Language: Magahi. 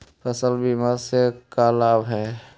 फसल बीमा से का लाभ है?